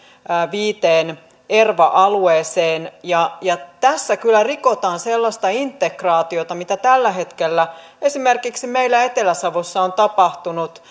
viiteen erva alueeseen ja ja tässä kyllä rikotaan sellaista integraatiota mitä tällä hetkellä esimerkiksi meillä etelä savossa on tapahtunut